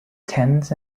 tense